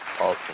Awesome